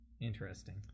Interesting